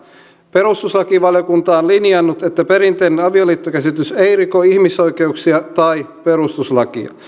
perustuslakivaliokunta on linjannut että perinteinen avioliittokäsitys ei riko ihmisoikeuksia tai perustuslakia